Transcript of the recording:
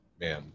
man